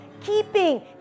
keeping